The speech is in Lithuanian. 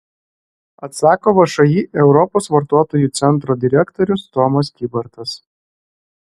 atsako všį europos vartotojų centro direktorius tomas kybartas